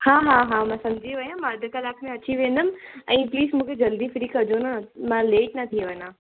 हा हा हा मां सम्झी वयमि मां अधि कलाकु में अची वेंदमि ऐं प्लीज मूंखे जल्दी फ्री कजो न मां लेट न थी वञा